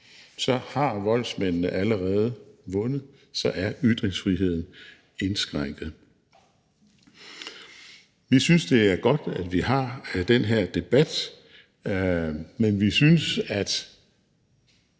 Så har voldsmændene allerede vundet, så er ytringsfriheden indskrænket. Vi synes, det er godt, at vi har den her debat, men vi synes, at